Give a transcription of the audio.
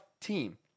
team